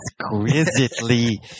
exquisitely